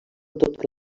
tot